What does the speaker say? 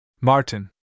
Martin